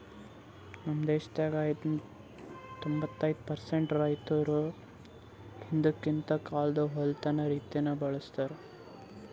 ನಮ್ ದೇಶದಾಗ್ ಈಗನು ತೊಂಬತ್ತೈದು ಪರ್ಸೆಂಟ್ ರೈತುರ್ ಹಿಂದಕಿಂದ್ ಕಾಲ್ದು ಒಕ್ಕಲತನ ರೀತಿನೆ ಬಳ್ಸತಾರ್